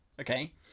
Okay